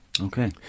Okay